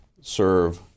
serve